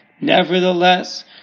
nevertheless